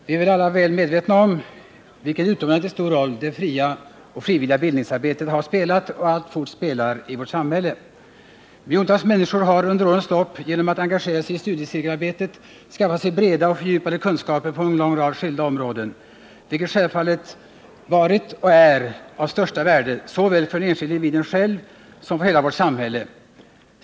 Herr talman! Vi är alla väl medvetna om vilken utomordentligt stor roll det fria och frivilliga bildningsarbetet har spelat och alltfort spelar i vårt samhälle. Miljontals människor har under årens lopp, genom att engagera sig i studiecirkelarbetet, skaffat sig breda och fördjupade kunskaper på en lång rad skilda områden, vilket självfallet varit och är av största värde såväl för den enskilde individen själv som för hela vårt samhälle.